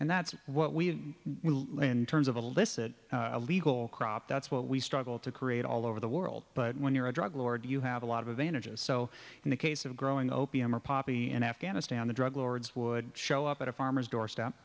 and that's what we in terms of a licit a legal crop that's what we struggle to create all over the world but when you're a drug lord you have a lot of advantages so in the case of growing opium or poppy in afghanistan the drug lords would show up at a farmer's doorstep